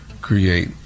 create